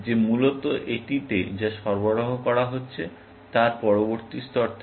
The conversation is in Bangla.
যে মূলত এটিতে যা সরবরাহ করা হচ্ছে তার পরবর্তী স্তর থেকে